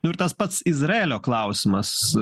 nu ir tas pats izraelio klausimas